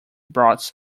brought